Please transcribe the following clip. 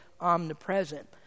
omnipresent